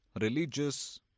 religious